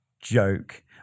joke